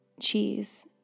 cheese